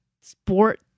sport